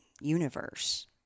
universe